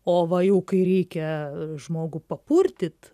o va jau kai reikia žmogų papurtyt